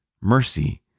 mercy